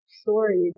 stories